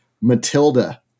matilda